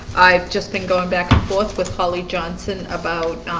i've just been going back and forth with holly johnson about